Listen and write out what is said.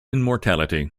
immortality